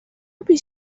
پیش